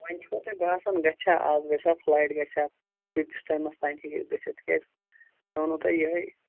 وۅنۍ چھِوا تۄہہِ باسان گَژِھیٛا اَز گَژِھیٛا فٕلایٹ گَژِھیٛا کۭتِس ٹایمَس تام ہیٚکہِ گٔژھِتھ تہِ کیٛازِ مےٚ ووٚنوٕ تۄہہِ یِہےَ